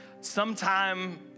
sometime